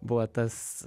buvo tas